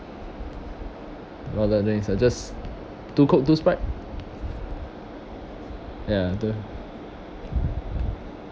about that drinks uh just two coke two sprite ya